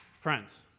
Friends